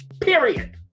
Period